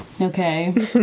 Okay